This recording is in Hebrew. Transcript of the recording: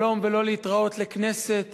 שלום ולא להתראות לכנסת